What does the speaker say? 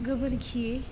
गोबोरखि